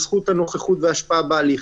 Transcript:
זכות הנוכחות וההשפעה בהליך.